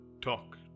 talk